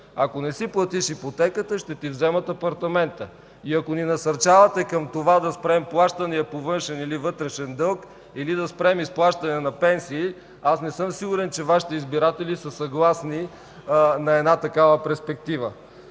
Ако не си платиш ипотеката, ще ти вземат апартамента. И ако ни насърчавате към това – да спрем плащанията по вътрешния или външния дълг или да спрем изплащането на пенсиите, аз не съм сигурен, че Вашите избиратели са съгласни на такава перспектива.